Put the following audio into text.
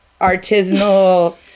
Artisanal